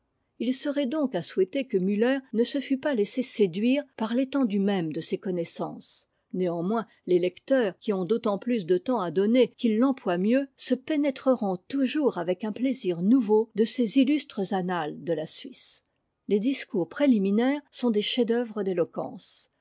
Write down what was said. u serait donc à souhaiter que müller ne se fût pas taissé séduire par l'étendue même de ses connaissances néanmoins les lecteurs qui ont d'autant plus de temps à donner qu'ils l'emploient mieux se pénétreront toujours avec un plaisir nouveau de ces illustres annales de la suisse les discours préliminaires sont des chefs-d'oeuvre d'étoqaence